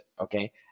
okay